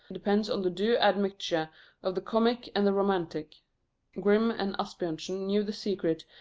depends on the due admixture of the comic and the romantic grimm and asbjornsen knew the secret,